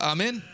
Amen